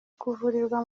kuvurirwa